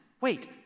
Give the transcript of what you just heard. Wait